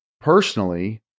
personally